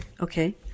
Okay